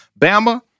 Bama